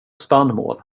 spannmål